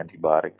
antibiotic